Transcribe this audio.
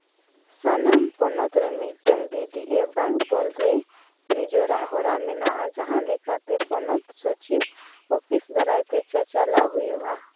ᱥᱟᱱᱟᱢ ᱯᱚᱱᱚᱛ ᱨᱮ ᱢᱤᱫᱴᱟᱱ ᱰᱤ ᱰᱤ ᱵᱟᱝ ᱛᱚᱞ ᱨᱮ ᱱᱤᱡᱮᱨᱟᱜ ᱦᱚᱨᱟ ᱢᱮᱱᱟᱜᱼᱟ ᱡᱟᱦᱟᱸ ᱞᱮᱠᱟᱛᱮ ᱯᱚᱱᱚᱛ ᱥᱚᱪᱤᱵ ᱫᱟᱨᱟᱭ ᱛᱮ ᱪᱟᱪᱞᱟᱣ ᱦᱩᱭᱩᱜᱼᱟ